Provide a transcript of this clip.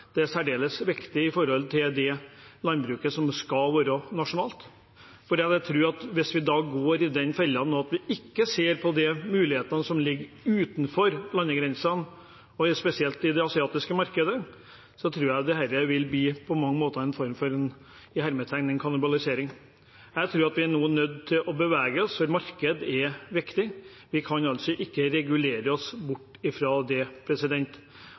Det er særdeles viktig for det landbruket som skal være nasjonalt. Hvis vi nå går i den fellen at vi ikke ser på de mulighetene som ligger utenfor landegrensene, og spesielt i det asiatiske markedet, tror jeg dette på mange måter vil bli en form for «kannibalisering». Her tror jeg at vi nå er nødt til å bevege oss. Marked er viktig, vi kan ikke regulere oss bort fra det.